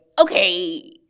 okay